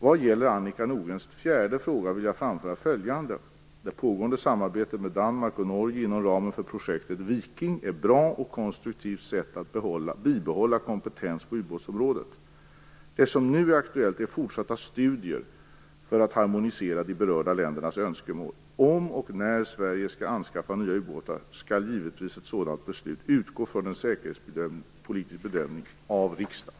Vad gäller Annika Nordgrens fjärde fråga vill jag framhålla följande. Det pågående samarbetet med Danmark och Norge inom ramen för projektet Viking är ett bra och konstruktivt sätt att bibehålla kompetens på ubåtsområdet. Det som nu är aktuellt är fortsatta studier för att harmonisera de berörda ländernas önskemål. Om och när Sverige skall anskaffa nya ubåtar skall ett sådant beslut givetvis utgå från en säkerhetspolitisk bedömning av riksdagen.